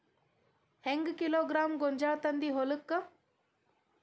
ಹೆಂಗ್ ಕಿಲೋಗ್ರಾಂ ಗೋಂಜಾಳ ತಂದಿ ಹೊಲಕ್ಕ?